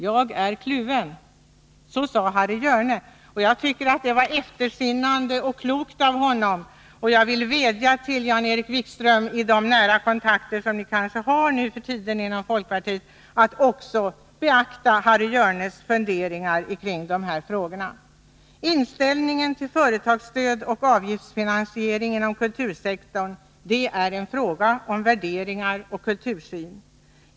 Jag är kluven.” Jag tycker att det var eftersinnande och klokt sagt av Harry Hjörne, och jag vill vädja till Jan-Erik Wikström att han i de nära kontakter som ni kanske har nu för tiden inom folkpartiet också lyssnar till Harry Hjörnes funderingar i de här frågorna. Inställningen till företagsstöd och avgiftsfinansiering inom kultursektorn är en fråga om värderingar och kultursyn.